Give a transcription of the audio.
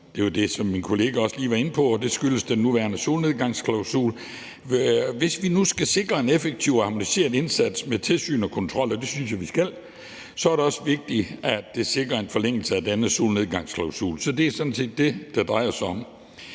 det er jo det, som min kollega også lige var inde på – og det skyldes den nuværende solnedgangsklausul. Hvis vi nu skal sikre en effektiv og harmoniseret indsats med tilsyn og kontrol, og det synes jeg jo vi skal, så er det også vigtigt, at vi sikrer en forlængelse af denne solnedgangsklausul. Så det er sådan set det, det drejer sig om.